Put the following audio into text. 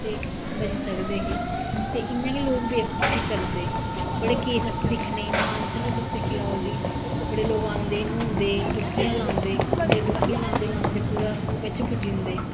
ते बच्ची सकदे है ते इयां गै लोक बेबकुफी करदे बडे़ केस ऐसे दिक्खने हिमाचल गै तुस दिक्की लेऔ जी बडे लोक आंदे नहोंदे डुवकिया लांदे ते डुबकियां लांदे लांदे कुदे बिच पुज्जी जंदे